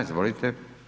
Izvolite.